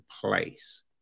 place